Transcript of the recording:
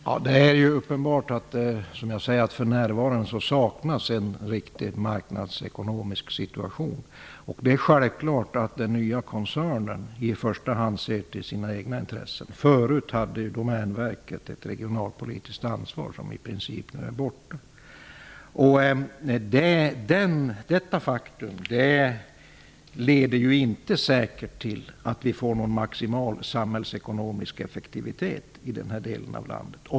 Fru talman! Det är uppenbart att det för närvarande saknas en riktig marknadsekonomisk situation. Det är självklart att den nya koncernen i första hand ser till sina egna intressen. Förut hade Domänverket ett regionalpolitiskt ansvar som i princip nu är borta. Detta faktum leder inte säkert till att vi får någon maximal samhällsekonomisk effektivitet i den delen av landet.